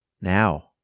Now